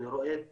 אני רואה את